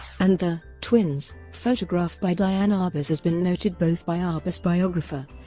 and the twins photograph by diane arbus has been noted both by arbus' biographer,